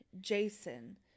Jason